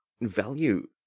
value